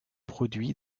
produits